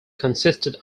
consisted